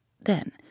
Then